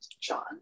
John